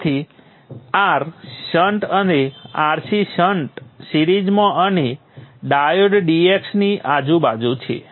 તેથી R shunt અને RC shunt સિરીઝમાં અને ડાયોડ dx ની આજુબાજુ છે